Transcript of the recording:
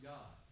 God